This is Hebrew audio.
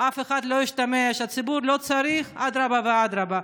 אף אחד לא השתמש והציבור לא צריך אדרבה ואדרבה.